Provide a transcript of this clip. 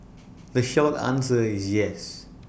the short answer is yes